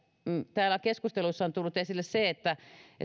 täällä keskusteluissa on tullut esille se että